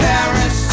Paris